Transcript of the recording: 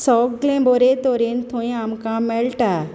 सोगलें बोरे तरेन थंय आमकां मेळटा